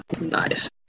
Nice